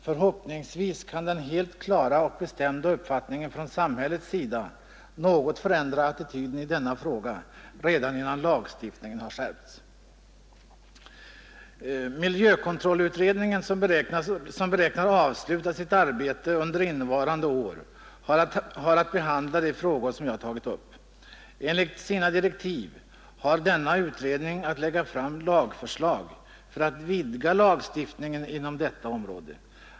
Förhoppningsvis kan den helt klara och bestämda uppfattningen från samhällets sida något förändra attityden i denna fråga redan innan lagstiftningen har skärpts. Miljökontrollutredningen, som beräknar avsluta sitt arbete under innevarande år, har att behandla de frågor som jag tagit upp. Enligt sina direktiv skall denna utredning lägga fram förslag för att vidga lagstiftningen inom detta område.